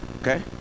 Okay